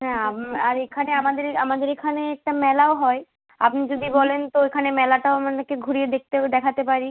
হ্যাঁ আর এখানে আমাদের আমাদের এখানে একটা মেলাও হয় আপনি যদি বলেন তো ওইখানে মেলাটাও আপনাদেরকে ঘুরিয়ে দেখতে দেখাতে পারি